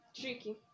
tricky